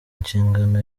inshingano